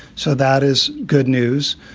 so that is good news.